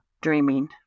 dreaming